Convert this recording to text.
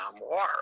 War